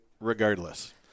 regardless